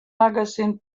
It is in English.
magazine